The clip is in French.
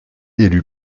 élu